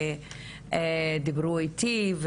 ודיברו איתי,